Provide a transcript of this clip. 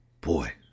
boy